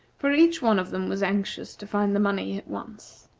for each one of them was anxious to find the money at once.